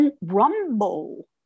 rumble